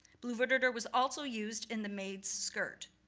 blue verditer was also used in the maid's skirt.